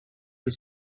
his